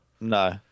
No